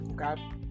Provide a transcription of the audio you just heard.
Okay